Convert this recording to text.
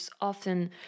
often